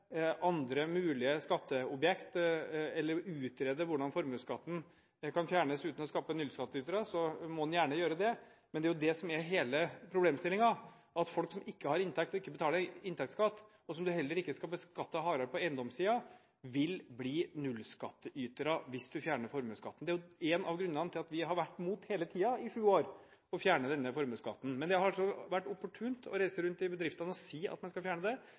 andre mulige skatteobjekter eller utrede hvordan formuesskatten kan fjernes uten å skape nullskattytere, må han gjerne gjøre det. Men det er det som er hele problemstillingen, at folk som ikke har inntekt, og ikke betaler inntektsskatt, og som man heller ikke skal beskatte hardere på eiendomssiden, vil bli nullskattytere hvis man fjerner formuesskatten. Det er en av grunnene til at vi hele tiden, i sju år, har vært imot å fjerne formuesskatten. Det har vært opportunt å reise rundt til bedriftene og si at man skal fjerne den, men når realiteten kommer for dagen, blir det